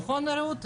נכון, רעות?